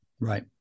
Right